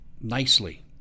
nicely